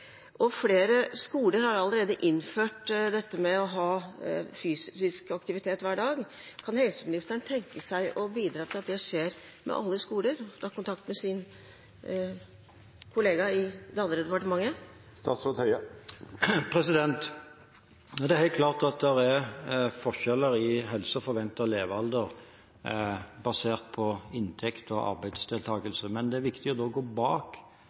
Flere skoler har allerede innført fysisk aktivitet hver dag. Kan helseministeren tenke seg å bidra til at det skjer på alle skoler, og ta kontakt med sin kollega i det andre departementet? Det er helt klart at det er forskjeller i helseforventet levealder basert på inntekt og arbeidsdeltakelse. Men det er da viktig å gå bak